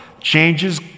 changes